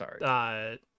sorry